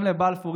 גם לבלפור,